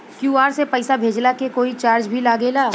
QR से पैसा भेजला के कोई चार्ज भी लागेला?